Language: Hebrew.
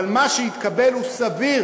אבל מה שהתקבל הוא סביר,